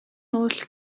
oll